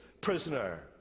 prisoner